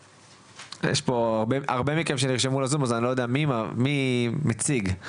יש הרבה מכם שנרשמו לזום, אז אני לא יודע מי מציג.